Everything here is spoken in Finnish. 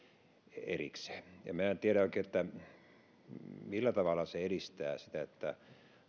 erikseen minä en tiedä oikein millä tavalla edistää sitä että